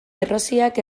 berroziak